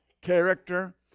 character